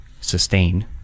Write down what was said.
sustain